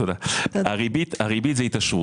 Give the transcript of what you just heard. הריבית היא התעשרות.